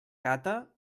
gata